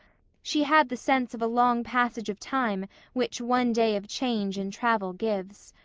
she had the sense of a long passage of time which one day of change and travel gives.